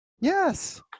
Yes